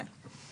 כן.